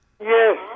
Yes